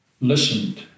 listened